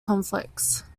conflicts